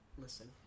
Listen